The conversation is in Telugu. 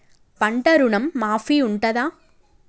పంట ఋణం మాఫీ ఉంటదా?